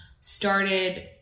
started